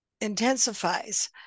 intensifies